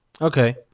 Okay